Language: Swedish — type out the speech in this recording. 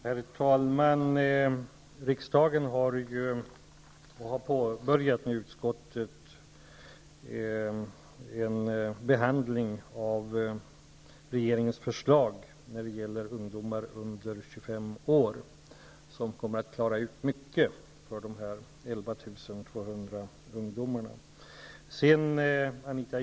Herr talman! Riksdagen har påbörjat en utskottsbehandling av regeringens förslag för ungdomar under 25 år. Det förslaget kommer att klara ut mycket för dessa 11 200 ungdomar.